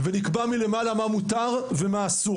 מלמעלה קובעים מה מותר ומה אסור.